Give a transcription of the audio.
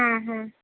হুম হুম